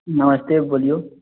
नमस्ते बोलिऔ